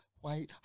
white